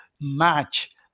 match